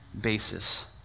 basis